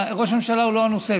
ראש ממשלה הוא לא הנושא.